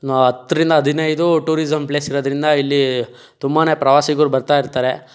ಹತ್ತರಿಂದ ಹದಿನೈದು ಟೂರಿಸಂ ಪ್ಲೇಸಿರೋದ್ರಿಂದ ಇಲ್ಲಿ ತುಂಬನೇ ಪ್ರವಾಸಿಗರು ಬರ್ತಾಯಿರ್ತಾರೆ